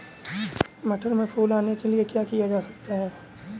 मटर में फूल आने के लिए क्या किया जा सकता है?